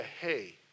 hey